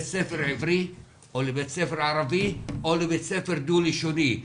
ספר עברי או לבית ספר ערבי או לבית ספר דו-לשוני.